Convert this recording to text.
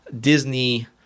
Disney –